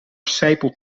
sijpelt